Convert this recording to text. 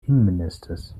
innenministers